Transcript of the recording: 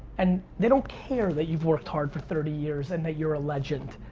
and they don't care that you've worked hard for thirty years and that you're a legend.